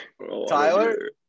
Tyler